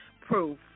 proof